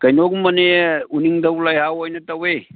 ꯀꯩꯅꯣꯒꯨꯝꯕꯅꯤ ꯎꯅꯤꯡꯊꯧ ꯂꯩꯍꯥꯎ ꯑꯣꯏꯅ ꯇꯧꯋꯦ